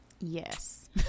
Yes